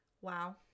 Wow